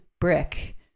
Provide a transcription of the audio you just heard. brick